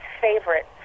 favorite